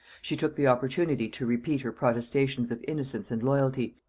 she took the opportunity to repeat her protestations of innocence and loyalty,